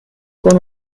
con